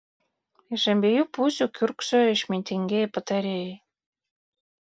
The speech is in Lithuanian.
iš abiejų pusių kiurksojo išmintingieji patarėjai